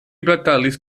batalis